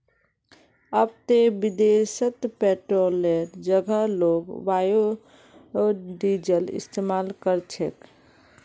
अब ते विदेशत पेट्रोलेर जगह लोग बायोडीजल इस्तमाल कर छेक